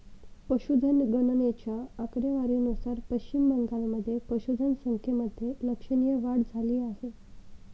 पशुधन गणनेच्या आकडेवारीनुसार पश्चिम बंगालमध्ये पशुधन संख्येमध्ये लक्षणीय वाढ झाली आहे